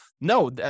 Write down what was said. no